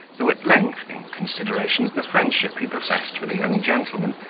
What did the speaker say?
who, at length, in consideration of the friendship he professed for the young gentleman,